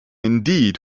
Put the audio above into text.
indeed